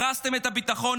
הרסתם את הביטחון,